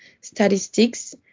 statistics